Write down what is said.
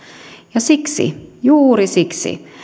ja siksi juuri siksi